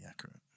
accurate